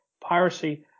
piracy